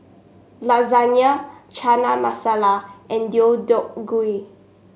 Lasagna Chana Masala and Deodeok Gui